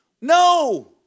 No